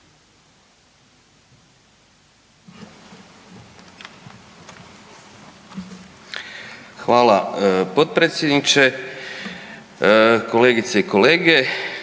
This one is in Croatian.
Hvala potpredsjedniče, kolegice i kolege.